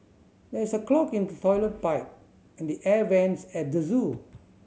there is a clog in the toilet pipe and the air vents at the zoo